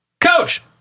Coach